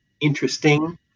interesting